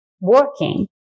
working